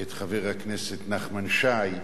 את חבר הכנסת נחמן שי,